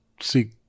see